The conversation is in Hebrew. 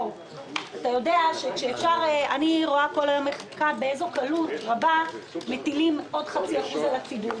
אני רואה כל היום באיזו קלות רבה מטילים עוד חצי אחוז על הציבור.